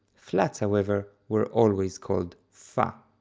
flats however, were always called fa.